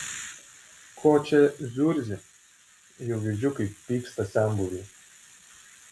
ko čia zurzi jau girdžiu kaip pyksta senbuviai